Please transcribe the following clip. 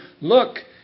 look